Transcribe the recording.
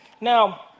Now